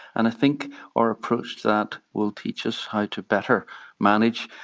and i think our approach to that will teach us how to better manage.